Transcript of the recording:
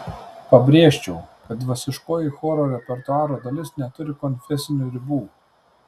pabrėžčiau kad dvasiškoji choro repertuaro dalis neturi konfesinių ribų